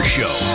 Show